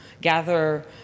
gather